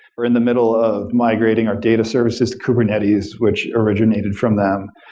we're in the middle of migrating our data services to kubernetes, which originated from them,